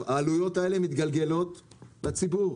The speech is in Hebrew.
העלויות האלה מתגלגלות לציבור.